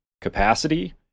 capacity